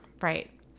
Right